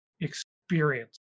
experience